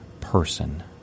person